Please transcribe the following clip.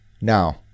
Now